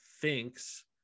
thinks